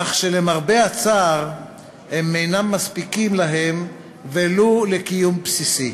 כך שלמרבה הצער הם אינם מספיקים להם ולו לקיום בסיסי.